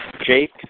Jake